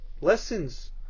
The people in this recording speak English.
lessons